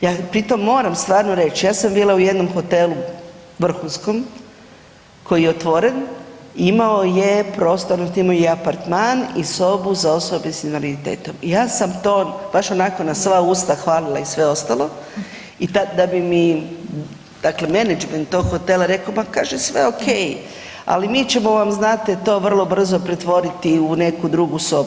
Ja pritom moram stvarno reći, ja sam bila u jednom hotelu vrhunskom koji je otvoren i imao je prostor, .../nerazumljivo/... apartman i sobu za osobe s invaliditetom i ja sam to baš onako na sva usta hvalila i sve ostalo i tad da bi mi, dakle, menadžment tog hotela rekao, ma kaže sve okej, ali mi ćemo vam, znate, to vrlo brzo pretvoriti u neku drugu sobu.